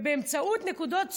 באמצעות נקודות זכות,